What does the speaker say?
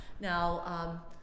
now